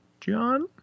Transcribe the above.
John